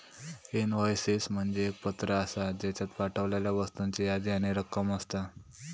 invoices म्हणजे एक पत्र आसा, ज्येच्यात पाठवलेल्या वस्तूंची यादी आणि रक्कम असता